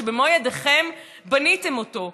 שבמו ידיכם בניתם אותו.